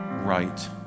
right